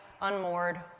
unmoored